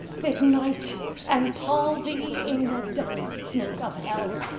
thick night and pall thee in the dunnest smoke of hell!